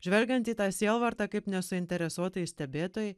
žvelgiant į tą sielvartą kaip nesuinteresuotai stebėtojai